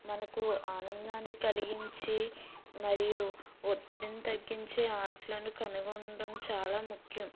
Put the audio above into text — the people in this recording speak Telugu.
మనకు ఆనందాన్ని కలిగించి మరియు ఒత్తిడిని తగ్గించే ఆటలను కనుగొనడమ్ చాలా ముఖ్యం